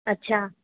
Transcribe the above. अच्छा